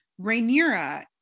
Rhaenyra